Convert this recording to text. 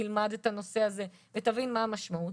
תלמד את הנושא הזה ותבין מה המשמעות.